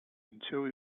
until